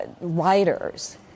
writers